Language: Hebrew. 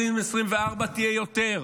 2024 תהיה יותר.